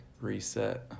reset